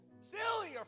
silly